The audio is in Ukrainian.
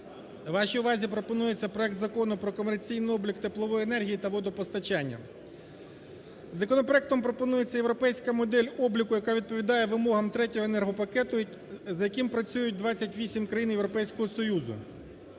Вашій увазі пропонується проект Закону про комерційний облік теплової енергії та водопостачання. Законопроектом пропонується європейська модель, яка відповідає вимогам Третього енергопакету, за яким працюють 28 країн Європейського Союзу.